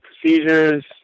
procedures